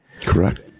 Correct